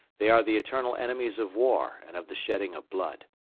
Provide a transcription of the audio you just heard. they are the eternal enemies of war and of the shedding of blood.